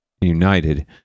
United